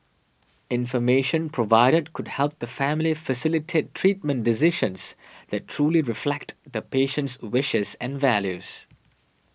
information provided could help the family facilitate treatment decisions that truly reflect the patient's wishes and values